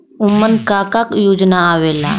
उमन का का योजना आवेला?